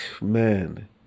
man